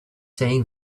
saying